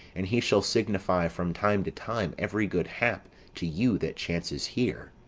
and he shall signify from time to time every good hap to you that chances here.